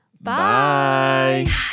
bye